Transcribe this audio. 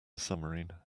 submarine